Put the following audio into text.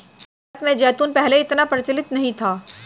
भारत में जैतून पहले इतना प्रचलित नहीं था